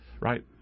right